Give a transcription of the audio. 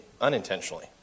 unintentionally